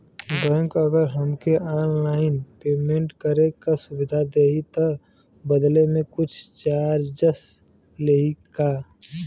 Bank अगर हमके online payment करे के सुविधा देही त बदले में कुछ चार्जेस लेही का?